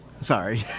Sorry